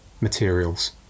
materials